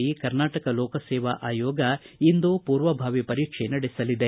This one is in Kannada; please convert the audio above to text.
ಕರ್ನಾಟಕ ಲೋಕಸೇವಾ ಆಯೋಗ ಇಂದು ಪೂರ್ವಭಾವಿ ಪರೀಕ್ಷೆ ನಡೆಸಲಿದೆ